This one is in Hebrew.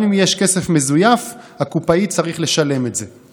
גם אם יש כסף מזויף, הקופאי צריך לשלם את זה.